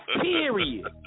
Period